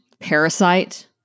Parasite